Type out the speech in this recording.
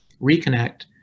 reconnect